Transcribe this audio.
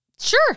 Sure